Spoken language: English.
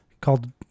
called